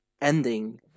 ending